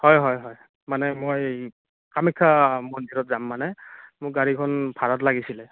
হয় হয় হয় মানে মই কামাখ্যা মন্দিৰত যাম মানে মোক গাড়ীখন ভাড়াত লাগিছিলে